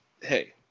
hey